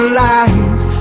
lies